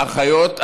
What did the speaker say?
אחיות,